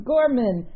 Gorman